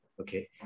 okay